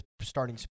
starting